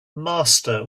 master